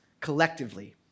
collectively